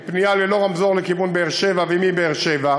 הוא עם פנייה ללא רמזור לכיוון באר-שבע ומבאר-שבע,